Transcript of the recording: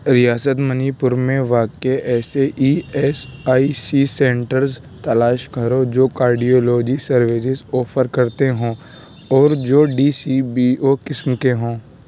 ریاست منی پور میں واقع ایسے E S I C centres تلاش کرو جو کارڈیالوجی سروسز آفر کرتے ہوں اور جو ڈی سی بی او قسم کے ہوں